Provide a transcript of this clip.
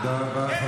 תודה רבה.